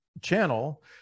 channel